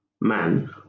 man